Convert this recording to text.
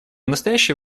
настоящий